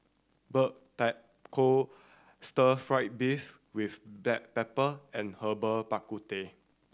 Stir Fry beef with black pepper and Herbal Bak Ku Teh